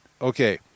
Okay